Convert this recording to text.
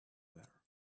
there